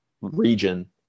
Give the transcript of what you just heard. region